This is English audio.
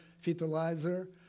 fertilizer